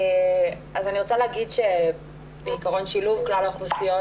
אני רוצה להגיד שבעקרון שילוב כלל האוכלוסיות